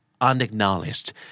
Unacknowledged